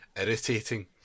irritating